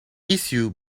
issue